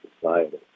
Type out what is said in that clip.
Society